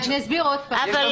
אני אסביר עוד פעם.